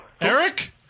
Eric